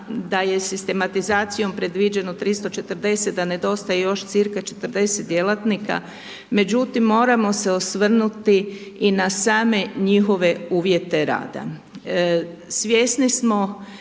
da je sistematizacijom previđeno 340, da nedostaje još cca 40 djelatnika, međutim, moram se osvrnuti i na same njihove uvjete rada. Svjesni smo